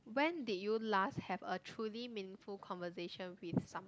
when did you last have a truly meaningful conversation with someone